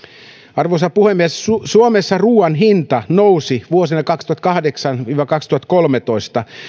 arvoisa puhemies suomessa ruuan hinta nousi vuosina kaksituhattakahdeksan viiva kaksituhattakolmetoista